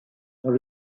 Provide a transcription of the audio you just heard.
dans